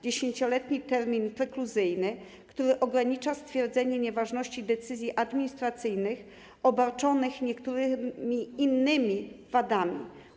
10-letni termin prekluzyjny, który ogranicza stwierdzenie nieważności decyzji administracyjnych obarczonych niektórymi innymi wadami.